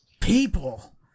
People